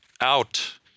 out